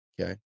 Okay